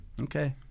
Okay